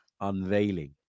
unveiling